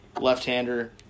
left-hander